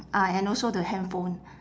ah and also the handphone